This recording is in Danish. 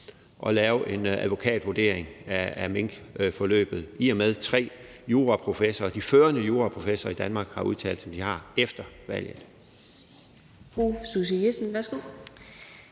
at lave en advokatvurdering af minkforløbet, i og med at tre juraprofessorer, de førende juraprofessorer i Danmark, har udtalt sig, som de har efter valget.